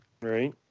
Right